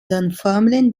dunfermline